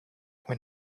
when